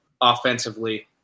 offensively